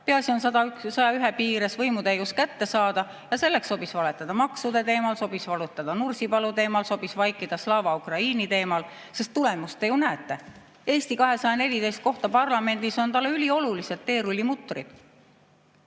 Peaasi on 101 piires võimutäius kätte saada. Ja selleks sobis valetada maksude teemal, sobis valetada Nursipalu teemal, sobis vaikida Slava Ukraini teemal, sest tulemust te ju näete. Eesti 200‑le [kuuluvad] 14 kohta parlamendis on talle üliolulised teerullimutrid. Siin